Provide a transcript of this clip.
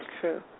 true